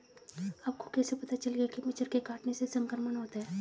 आपको कैसे पता चलेगा कि मच्छर के काटने से संक्रमण होता है?